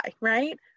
right